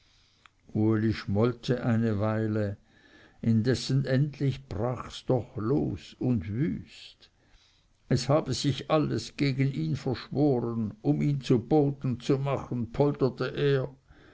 schmollte eine weile indessen endlich brachs doch los und wüst es habe sich alles gegen ihn verschworen um ihn zu boden zu machen polterte er